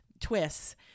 twists